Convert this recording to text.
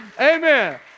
Amen